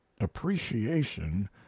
appreciation